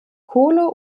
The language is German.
kohle